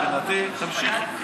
מבחינתי, תמשיכי.